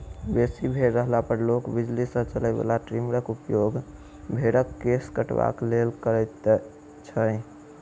बेसी भेंड़ रहला पर लोक बिजली सॅ चलय बला ट्रीमरक उपयोग भेंड़क केश कटबाक लेल करैत छै